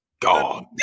God